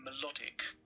melodic